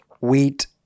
wheat